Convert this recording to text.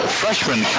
freshman